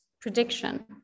prediction